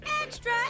Extra